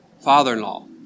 father-in-law